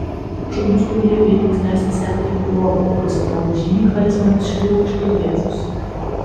šaunus kūrėjų ėjimas leisti siautėti blogiui kuris atrodo žymiai charizmatiškiau už geriečius